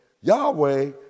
Yahweh